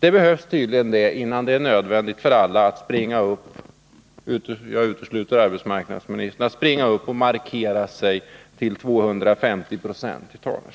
Det behövs tydligen för att inte alla skall finna det nödvändigt att springa upp till talarstolen — jag utesluter arbetsmarknadsministern — och markera sig till 250 96. Frida Berglund,